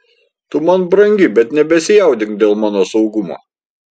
tu man brangi bet nebesijaudink dėl mano saugumo